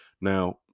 Now